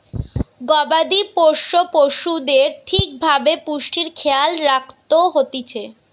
গবাদি পোষ্য পশুদের ঠিক ভাবে পুষ্টির খেয়াল রাখত হতিছে